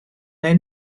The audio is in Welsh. neu